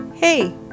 Hey